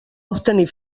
obtenir